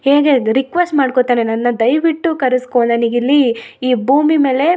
ಹೇಗೆ ರಿಕ್ವೆಸ್ಟ್ ಮಾಡ್ಕೋತಾನೆ ನನ್ನ ದಯವಿಟ್ಟು ಕರೆಸ್ಕೋ ನನಗಿಲ್ಲೀ ಈ ಭೂಮಿ ಮೇಲೆ